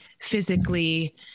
physically